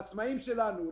לעצמאים שלנו,